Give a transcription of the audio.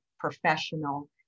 professional